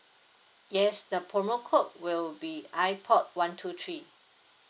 yes the promo code will be ipod one two three